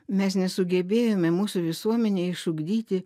mes nesugebėjome mūsų visuomenėj išugdyti